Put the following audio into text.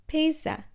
Pizza